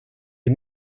les